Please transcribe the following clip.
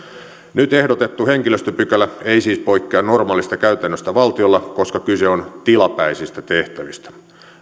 nyt ehdotettu henkilöstöpykälä ei siis poikkea normaalista käytännöstä valtiolla koska kyse on tilapäisistä tehtävistä